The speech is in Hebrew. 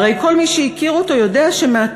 והרי כל מי שהכיר אותו יודע שמעטים